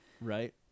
right